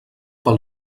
pel